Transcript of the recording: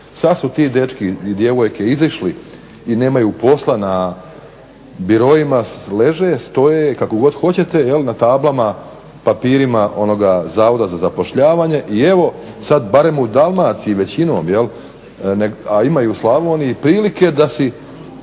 Sad su ti dečki i djevojke izišli i nemaju posla na biroima, leže, stoje, kako god hoćete, na tablama, papirima zavoda za zapošljavanje i evo sad barem u Dalmaciji, većinom a ima i u Slavoniji, prilike da si